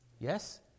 Yes